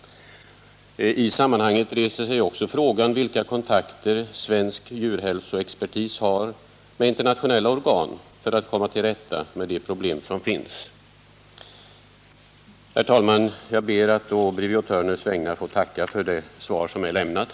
I sammanhanget reser sig även frågan vilka kontakter svenska djurhälsoexperter har med internationella organ för att komma till rätta med de problem som finns. Herr talman! Jag ber att å Brivio Thörners vägnar få tacka för det svar som lämnats.